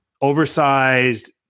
oversized